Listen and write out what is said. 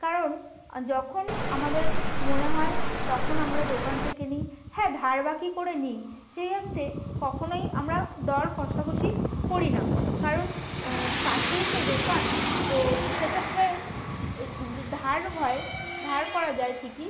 কারণ যখন আমাদের মনে হয় তখন আমরা দোকান থেকে নিই হ্যাঁ ধার বাকি করে নিই সেই অর্থে কখনোই আমরা দর কষাকষি করি না কারণ কাছেই তো দোকান তো সেক্ষেত্রে ধার হয় ধার করা যায় ঠিকই